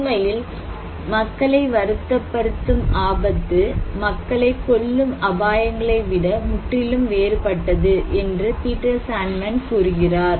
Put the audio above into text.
உண்மையில் மக்களை வருத்தப்படுத்தும் ஆபத்து மக்களைக் கொல்லும் அபாயங்களை விட முற்றிலும் வேறுபட்டது என்று பீட்டர் சாண்ட்மேன் கூறுகிறார்